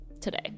today